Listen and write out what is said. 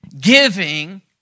giving